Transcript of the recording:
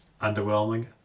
underwhelming